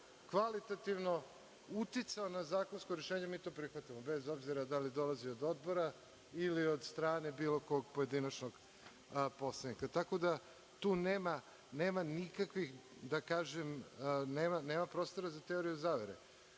kvalitativno uticao na zakonsko rešenje, mi to prihvatamo, bez obzira da li dolazi od odbora ili od strane bilo kog pojedinačnog poslanika. Tu nema nikakvih prostora za teoriju zavere. Pošto